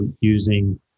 using